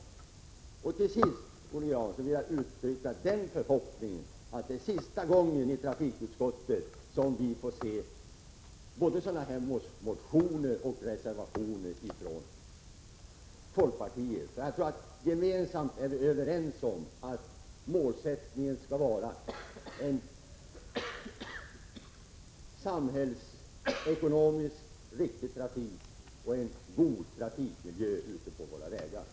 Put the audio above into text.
Till sist, Olle Grahn, vill jag uttrycka den förhoppningen att det är sista gången som vi i trafikutskottet får se både sådana här motioner och sådana här reservationer från folkpartiet. Jag tror att vi gemensamt är överens om att målsättningen skall vara en samhällsekonomiskt riktig trafik och en god trafikmiljö ute på våra vägar.